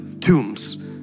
tombs